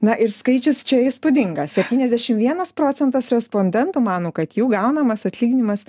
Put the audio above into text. na ir skaičius čia įspūdingas septyniasdešimt vienas procentas respondentų mano kad jų gaunamas atlyginimas